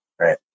right